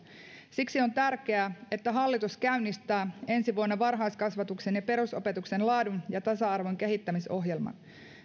siksi on tärkeää että hallitus käynnistää ensi vuonna varhaiskasvatuksen ja perusopetuksen laadun ja tasa arvon kehittämisohjelman